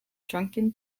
drunken